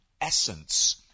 essence